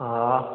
हा